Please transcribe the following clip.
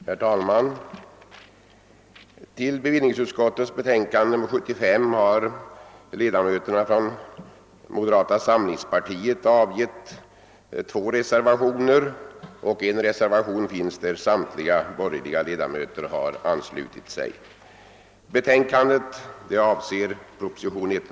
Herr talman! Till bevillningsutskottets betänkande nr 75 har moderata samlingspartiets ledamöter fogat två reservationer.